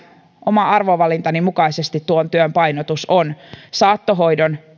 oman arvovalintani mukaisesti tuon työn painotus on saattohoidon